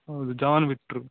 ಹೌದು ಜಾನ್ ಬಿಟ್ಟರು